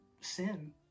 sin